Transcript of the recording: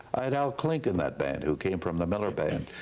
i had al klink in that band, who came from the miller band.